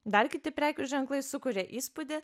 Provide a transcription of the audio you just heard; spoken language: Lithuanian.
dar kiti prekių ženklai sukuria įspūdį